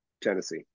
Tennessee